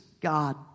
God